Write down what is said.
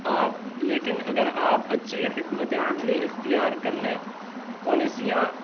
آپ لیکن اگر آپ اچھی حکمت عملی اختیار کر لیں پالیسیاں